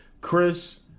Chris